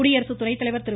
குடியரசு துணை தலைவர் திரு